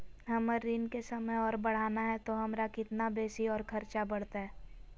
हमर ऋण के समय और बढ़ाना है तो हमरा कितना बेसी और खर्चा बड़तैय?